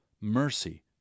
Mercy